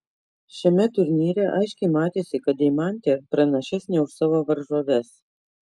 šiame turnyre aiškiai matėsi kad deimantė pranašesnė už savo varžoves